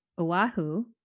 Oahu